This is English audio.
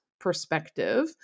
perspective